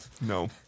No